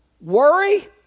Worry